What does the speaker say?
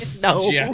No